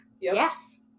Yes